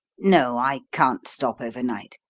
no, i can't stop over night.